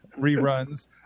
reruns